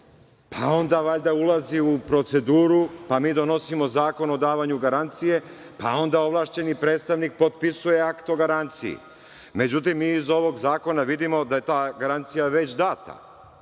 pa onda valjda ulazi u proceduru, pa mi donosimo zakon o davanju garancije, pa onda ovlašćeni predstavnik potpisuje akt o garanciji. Međutim, mi iz ovog zakona vidimo da je ta garancija je već